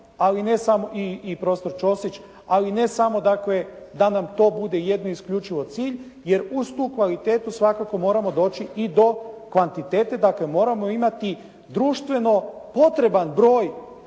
ali ne samo dakle da nam to bude jedno i isključivo cilj jer uz tu kvalitetu svakako moramo doći i do kvantitete. Dakle moramo imati društveno potreban broj